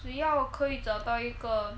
只要可以找到一个